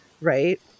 right